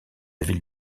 ville